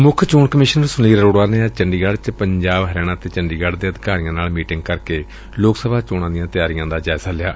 ਮੁੱਖ ਚੋਣ ਕਮਿਸ਼ਨਰ ਸੁਨੀਲ ਅਰੋੜਾ ਨੇ ਅੱਜ ਚੰਡੀਗੜ੍ ਚ ਪੰਜਾਬ ਹਰਿਆਣਾ ਅਤੇ ਚੰਡੀਗੜ੍ ਦੇ ਅਧਿਕਾਰੀਆਂ ਨਾਲ ਮੀਟਿੰਗ ਕਰਕੇ ਲੋਕ ਸਭਾ ਚੋਣਾਂ ਦੀਆਂ ਤਿਆਰੀਆਂ ਦਾ ਜਾਇਜ਼ਾ ਲਿਆ